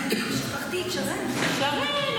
אני חושבת שמה שעשינו